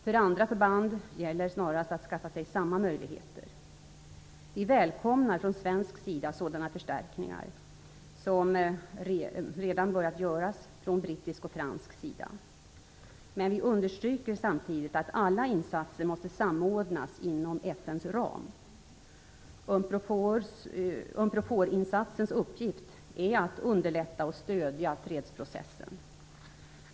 För andra förband gäller snarast att skaffa sig samma möjligheter. Vi välkomnar från svensk sida sådana förstärkningar, som redan börjat göras från brittisk och fransk sida. Men vi understryker samtidigt att alla insatser måste samordnas inom FN:s ram. Unproforinsatsens uppgift är att underlätta och stödja fredsprocessen.